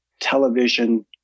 television